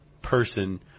person